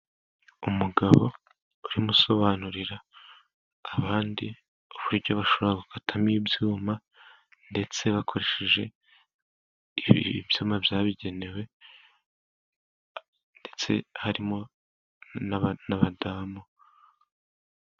Umugabo urimo usobanurira abandi, uburyo bashobora gukatamo ibyuma ndetse bakoresheje ibyuma byabugenewe, ndetse harimo n'abadamu.